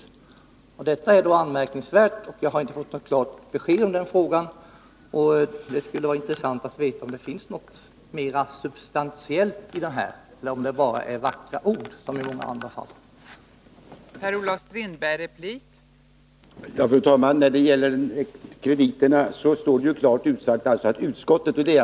Jag har inte fått något klart besked på frågan om det finns något substantiellt innehåll i det som utrikesministern i interpellationsdebatten sade om ekonomiska påtryckningar mot Turkiet eller om det i det här fallet liksom i så många andra fall bara är vackra ord.